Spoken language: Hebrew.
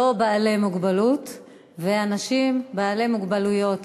לא בעלי מוגבלות ואנשים בעלי מוגבלויות.